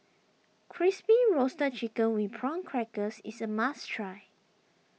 Crispy Roasted Chicken with Prawn Crackers is a must try